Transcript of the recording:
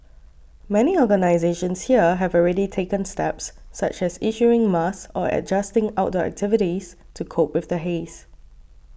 many organisations here have already taken steps such as issuing masks or adjusting outdoor activities to cope with the haze